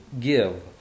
give